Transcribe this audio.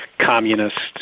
communists,